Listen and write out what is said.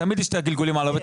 תמיד יש את הגלגולים על העובד.